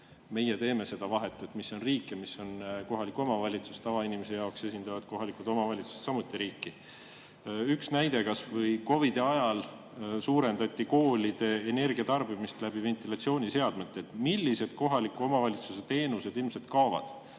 Meie teeme seda vahet, mis on riik ja mis on kohalik omavalitsus, tavainimese jaoks esindavad kohalikud omavalitsused samuti riiki. Kas või üks näide: COVID-i ajal suurendas koolide energiatarbimist ventilatsiooniseadmete [töö]. Millised kohaliku omavalitsuse teenused ilmselt kaovad?